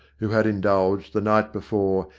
who had indulged, the night before,